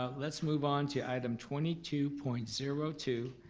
ah let's move on to item twenty two point zero two.